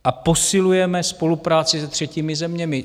A posilujeme spolupráci se třetími zeměmi.